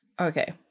Okay